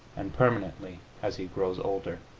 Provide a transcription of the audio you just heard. and permanently as he grows older.